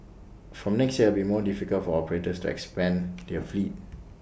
from next year be more difficult for operators to expand their fleet